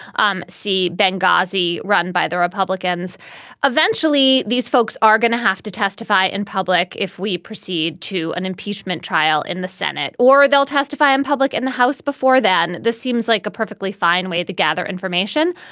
um see benghazi run by the republicans eventually these folks are going to have to testify in public if we proceed to an impeachment trial in the senate or they'll testify in public in the house before then. this seems like a perfectly fine way to gather information.